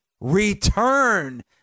return